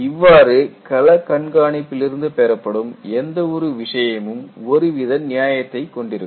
இவ்வாறு கள கண்காணிப்பில் இருந்து பெறப்படும் எந்த ஒரு விஷயமும் ஒருவித நியாயத்தை கொண்டிருக்கும்